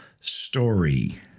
story